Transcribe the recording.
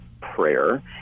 prayer